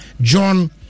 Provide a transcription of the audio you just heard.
John